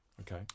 Okay